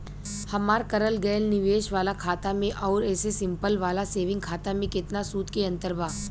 हमार करल गएल निवेश वाला खाता मे आउर ऐसे सिंपल वाला सेविंग खाता मे केतना सूद के अंतर बा?